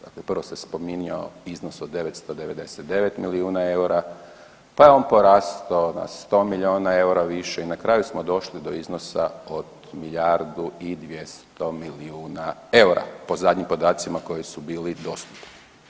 Dakle, prvo se spominjao iznos od 999 milijuna EUR-a pa je on porastao na 100 miliona EUR-a više i na kraju smo došli do iznosa od milijardu i 200 milijuna EUR-a po zadnjim podacima koji su bili dostupni.